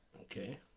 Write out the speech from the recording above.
Okay